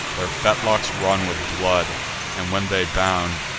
their fetlocks run with blood and, when they bound,